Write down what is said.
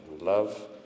love